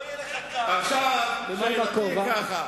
מה עם צער בעלי-חיים?